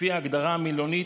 לפי ההגדרה המילונית,